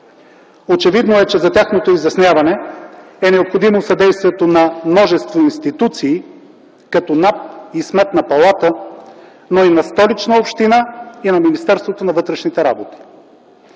Очевидно е, че за тяхното изясняване е необходимо съдействието на множество институции като НАП и Сметната палата, но и на Столичната община и на Министерството на вътрешните работи.